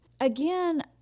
Again